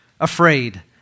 afraid